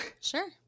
sure